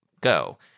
go